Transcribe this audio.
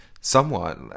somewhat